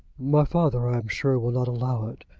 my father, i am sure, will not allow it.